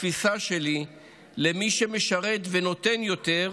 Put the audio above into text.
התפיסה שלי היא שמי שמשרת ונותן יותר,